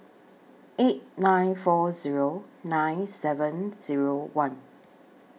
eight nine four Zero nine seven Zero one